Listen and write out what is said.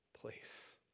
place